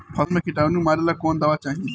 फसल में किटानु मारेला कौन दावा चाही?